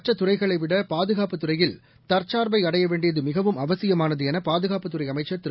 மற்றதுறைகளைவிடபாதுகாப்புத் துறையில் தற்சார்பைஅடையவேண்டியதுமிகவும் அரசின் அவசியமானதுஎனபாதுகாப்புத் துறைஅமைச்சர் திரு